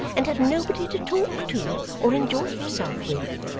and had nobody to talk to or enjoy himself with